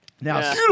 Now